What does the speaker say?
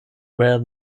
wear